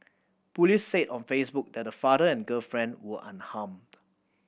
police said on Facebook that the father and girlfriend were unharmed